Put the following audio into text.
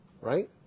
right